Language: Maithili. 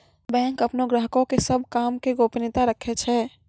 बैंक अपनो ग्राहको के सभ काम के गोपनीयता राखै छै